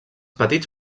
petits